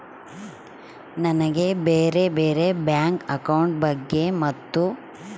ನನಗೆ ಬ್ಯಾರೆ ಬ್ಯಾರೆ ಬ್ಯಾಂಕ್ ಅಕೌಂಟ್ ಬಗ್ಗೆ ಮತ್ತು?